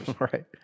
Right